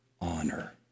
honor